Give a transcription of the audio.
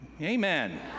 Amen